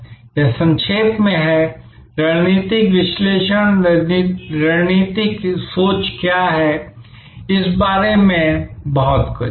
यह संक्षेप में है रणनीतिक विश्लेषण रणनीतिक सोच क्या है इस बारे में सबकुछ